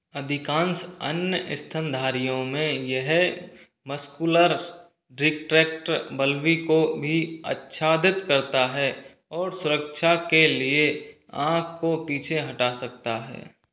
अधिकांश अन्य स्तनधारियों में यह मस्कुलर ड्रीकट्रेक्ट बल्बी को भी अच्छादित करता है और सुरक्षा के लिए आँख को पीछे हटा सकता है